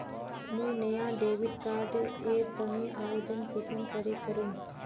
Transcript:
मुई नया debit card एर तने आवेदन कुंसम करे करूम?